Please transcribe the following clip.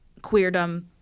queerdom